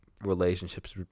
relationships